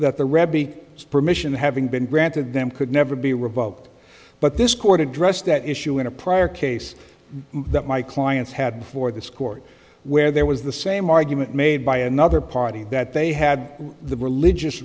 rebbie permission having been granted them could never be revoked but this court addressed that issue in a prior case that my clients had before this court where there was the same argument made by another party that they had the religious